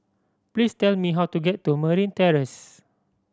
please tell me how to get to Merryn Terrace